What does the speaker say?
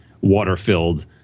water-filled